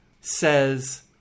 says